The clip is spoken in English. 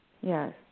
Yes